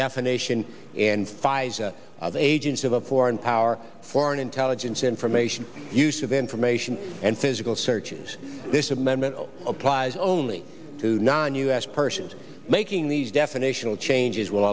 definition and pfizer of agents of a foreign power foreign intelligence information use of information and physical searches this amendment applies only to non u s persons making these definitional changes will